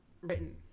written